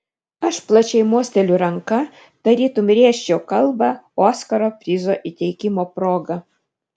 aš plačiai mosteliu ranka tarytum rėžčiau kalbą oskaro prizo įteikimo proga